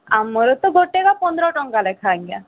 ଆମର ତ ଗୋଟେର ପନ୍ଦର ଟଙ୍କା ଲେଖା ଆଜ୍ଞା